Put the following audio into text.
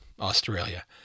Australia